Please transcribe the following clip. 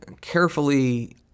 carefully